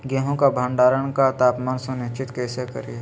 गेहूं का भंडारण का तापमान सुनिश्चित कैसे करिये?